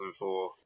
2004